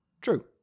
True